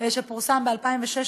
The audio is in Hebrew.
שפורסם ב-2016,